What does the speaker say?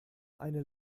eine